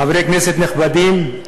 חבר הכנסת עבדאללה